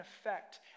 effect